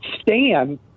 Stan